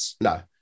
No